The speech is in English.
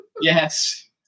Yes